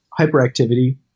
hyperactivity